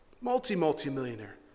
multi-multimillionaire